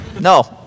no